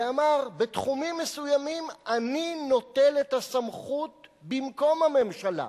ואמר: בתחומים מסוימים אני נוטל את הסמכות במקום הממשלה,